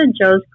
Joe's